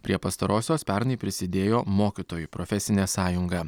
prie pastarosios pernai prisidėjo mokytojų profesinė sąjunga